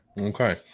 okay